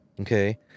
Okay